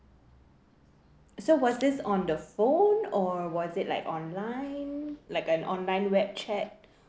so was this on the phone or was it like online like an online web chat